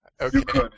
Okay